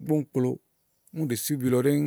ìgbɔ ùni kplo ùni ɖèe si bùbi lɔ ɖɛ̀ɛ̀.